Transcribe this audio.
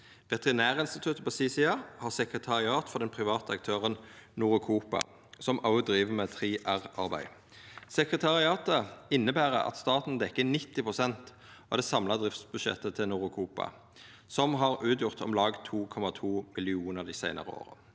Veterinærinstituttet på si side har sekretariat for den private aktøren, Norecopa, som òg driv med 3R-arbeid. Sekretariatet inneber at staten dekkjer 90 pst. av det samla driftsbudsjettet til Norecopa, som har utgjort om lag 2,2 mill. kr dei seinare åra.